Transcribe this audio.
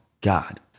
God